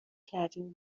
کردین